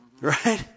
Right